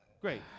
Great